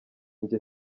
njye